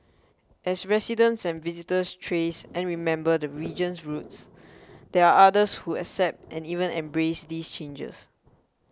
as residents and visitors trace and remember the region's roots there are others who accept and even embrace these changes